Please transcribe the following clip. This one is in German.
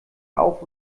auf